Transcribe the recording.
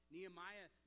Nehemiah